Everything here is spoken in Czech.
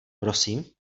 prosím